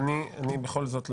בכל זאת,